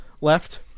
left